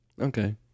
okay